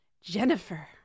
Jennifer